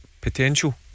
potential